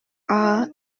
are